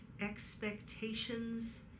expectations